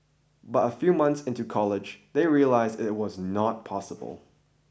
but a few months into college they realised it was not possible